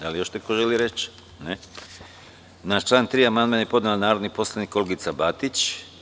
Da li još neko želi reč? (Ne.) Na član 3. amandman je podnela narodna poslanica Olgica Batić.